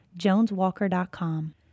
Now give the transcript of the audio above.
joneswalker.com